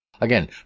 Again